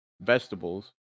vegetables